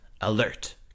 Alert